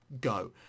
go